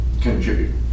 contribute